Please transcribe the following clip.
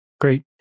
Great